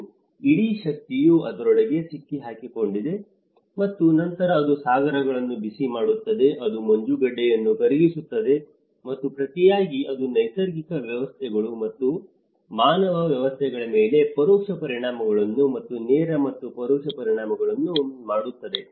ಮತ್ತು ಇಡೀ ಶಕ್ತಿಯು ಅದರೊಳಗೆ ಸಿಕ್ಕಿಹಾಕಿಕೊಂಡಿದೆ ಮತ್ತು ನಂತರ ಅದು ಸಾಗರವನ್ನು ಬಿಸಿ ಮಾಡುತ್ತದೆ ಅದು ಮಂಜುಗಡ್ಡೆಯನ್ನು ಕರಗಿಸುತ್ತದೆ ಮತ್ತು ಪ್ರತಿಯಾಗಿ ಅದು ನೈಸರ್ಗಿಕ ವ್ಯವಸ್ಥೆಗಳು ಮತ್ತು ಮಾನವ ವ್ಯವಸ್ಥೆಗಳ ಮೇಲೆ ಪರೋಕ್ಷ ಪರಿಣಾಮಗಳನ್ನು ಮತ್ತು ನೇರ ಮತ್ತು ಪರೋಕ್ಷ ಪರಿಣಾಮಗಳನ್ನು ಮಾಡುತ್ತದೆ